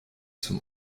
zum